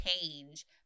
change